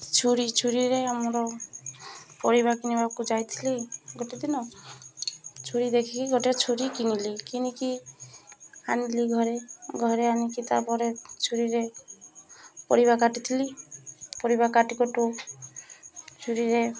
ଛୁରୀ ଛୁରୀରେ ଆମର ପରିବା କିଣିବାକୁ ଯାଇଥିଲି ଗୋଟେ ଦିନ ଛୁରୀ ଦେଖିକି ଗୋଟେ ଛୁରୀ କିଣିଲି କିଣିକି ଆଣିଲି ଘରେ ଘରେ ଆଣିକି ତାପରେ ଛୁରୀରେ ପରିବା କାଟିଥିଲି ପରିବା କାଟୁକାଟୁ ଛୁରୀରେ